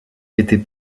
était